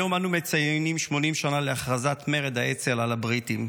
היום אנו מציינים 80 שנה להכרזת מרד האצ"ל על הבריטים,